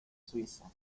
suiza